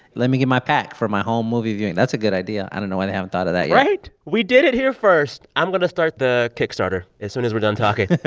let me get my pack for my home movie viewing. that's a good idea. i don't know why they haven't thought of that yet right? we did it here first. i'm going to start the kickstarter as soon as we're done talking